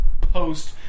post